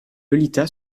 lolita